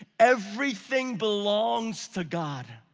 everything belongs to god.